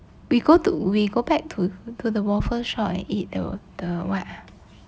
we go to we go back to to the waffle shop and eat the the what ah